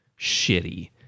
shitty